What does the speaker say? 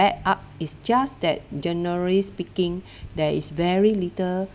bad art is just that generally speaking there is very little